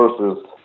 versus